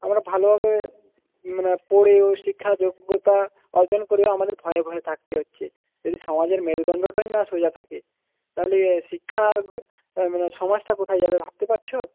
আমরা ভালোভাবে মানে পড়েও শিক্ষা যোগ্যতা অর্জন করেও আমাদের ভয়ে ভয়ে থাকতে হচ্ছে যদি সমাজের মেরুদণ্ডটাই না সোজা থাকে তাহলে শিক্ষার মানে সমাজটা কোথায় যাবে ভাবতে পারছো